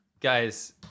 guys